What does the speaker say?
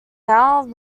now